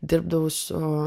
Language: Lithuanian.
dirbdavau su